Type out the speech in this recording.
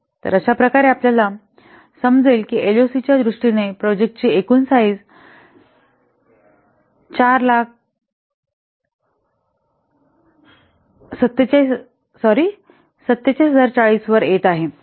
तर अशा प्रकारे आपल्याला असे समजेल की एलओसीच्या दृष्टीने प्रोजेक्टची एकूण साईझ 47040 वर येत आहे